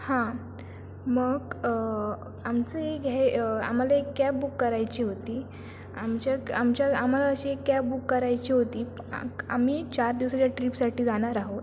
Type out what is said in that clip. हां मग आमचं हे घ्याय आम्हाला एक कॅब बुक करायची होती आमच्या आमच्या आम्हाला अशी एक कॅब बुक करायची होती आक आम्ही चार दिवसाच्या ट्रीपसाठी जाणार आहोत